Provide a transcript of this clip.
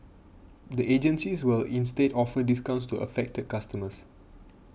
the agencies will instead offer discounts to affected customers